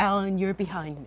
alan you're behind